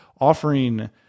offering